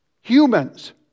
Humans